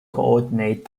coordinate